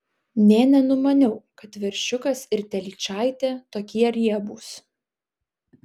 nė nenumaniau kad veršiukas ir telyčaitė tokie riebūs